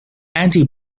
anti